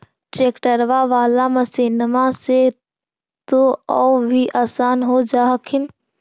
ट्रैक्टरबा बाला मसिन्मा से तो औ भी आसन हो जा हखिन?